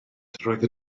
roedd